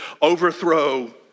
overthrow